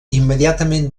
immediatament